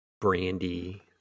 brandy